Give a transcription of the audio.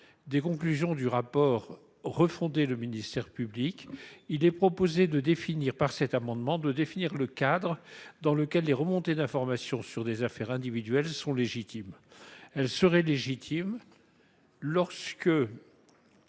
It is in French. des conclusions du rapport, il est proposé, par cet amendement, de définir le cadre dans lequel les remontées d'informations sur des affaires individuelles sont légitimes. Elles seraient légitimes quand